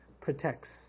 protects